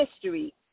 history